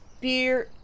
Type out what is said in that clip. beer